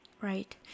Right